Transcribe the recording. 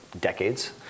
decades